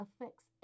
affects